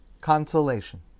consolation